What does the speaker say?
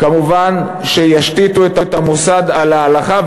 כמובן שישתיתו את המוסד על ההלכה,